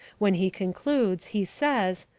when he concludes he says,